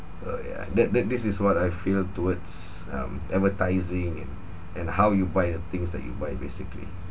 so yeah that that this is what I feel towards um advertising and and how you buy the things that you buy basically